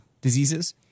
diseases